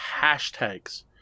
hashtags